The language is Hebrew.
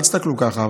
אל תסתכלו ככה.